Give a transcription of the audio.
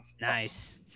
nice